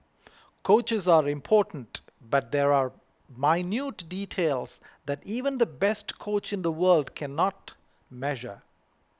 coaches are important but there are minute details that even the best coach in the world cannot measure